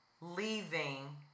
leaving